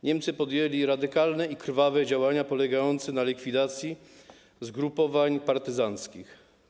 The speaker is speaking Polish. Niemcy podjęli radykalne i krwawe działania polegające na likwidacji zgrupowań partyzanckich.